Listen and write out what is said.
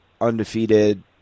undefeated